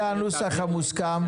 זה הנוסח המוסכם,